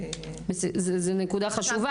זו נקודה חשובה,